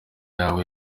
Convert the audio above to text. yawe